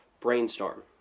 brainstorm